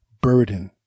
burden